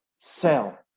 Sell